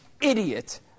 idiot